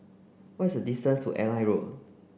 what is a distance to Airline Road